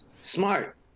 Smart